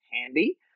handy